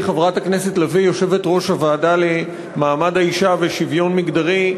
יושבת-ראש הוועדה למעמד האישה ושוויון מגדרי,